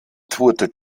tourte